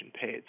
paid